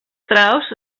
strauss